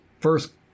first